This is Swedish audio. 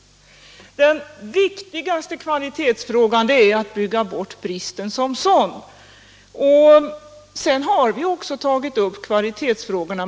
Den-viktigaste kvalitetsfrågan är att bygga bort bristen som sådan. Sedan har vi också tagit upp de andra kvalitetsfrågorna.